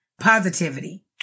positivity